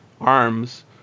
arms